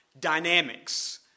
Dynamics